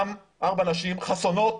גם ארבע נשים חסונות